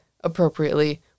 appropriately